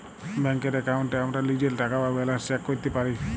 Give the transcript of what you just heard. ব্যাংকের এক্কাউন্টে আমরা লীজের টাকা বা ব্যালান্স চ্যাক ক্যরতে পারি